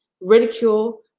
ridicule